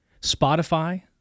Spotify